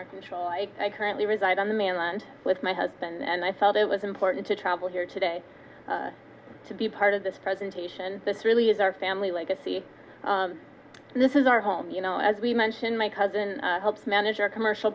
our control i currently reside on the mainland with my husband and i felt it was important to travel here today to be part of this presentation this really is our family legacy this is our home you know as we mentioned my cousin helps manage our commercial